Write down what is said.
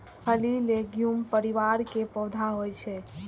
फली लैग्यूम परिवार के पौधा होइ छै